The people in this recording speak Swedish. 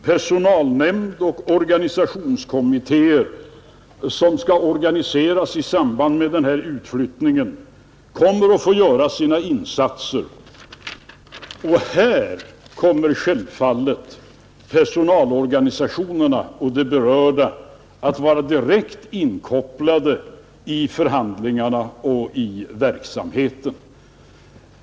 Personalnämnder och organisationskommittéer som skall organiseras i samband med denna utflyttning kommer att få göra sina insatser. Här kommer självfallet personalorganisationerna och de berörda att vara direkt inkopplade i förhandlingarna och i verksamheten.